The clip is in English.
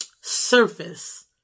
surface